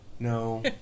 No